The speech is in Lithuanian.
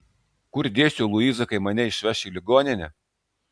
kur dėsiu luizą kai mane išveš į ligoninę